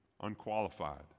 unqualified